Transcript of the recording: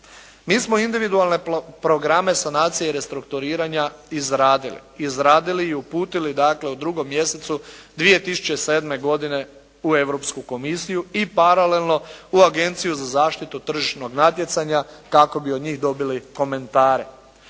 Mi smo individualne programe sanacije i restrukturiranja izradili. Izradili i uputili dakle u 2. mjesecu 2007. godine u Europsku komisiju i paralelno u Agenciju za zaštitu tržišnog natjecanja kako bi od njih dobili komentare.